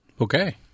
Okay